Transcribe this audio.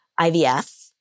IVF